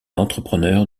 entrepreneur